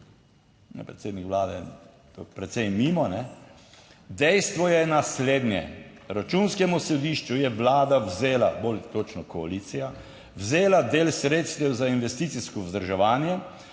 Predsednik Vlade, to je precej mimo. Dejstvo je naslednje, Računskemu sodišču je Vlada vzela, bolj točno koalicija, vzela del sredstev za investicijsko vzdrževanje